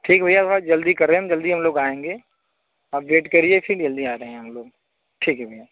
ठीक है भैया थोड़ा जल्दी करें हम लोग थोड़ा जल्दी आएंगे आप वेट करिए फिर जल्दी आ रहे हैं हम लोग ठीक है भैया